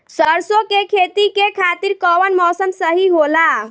सरसो के खेती के खातिर कवन मौसम सही होला?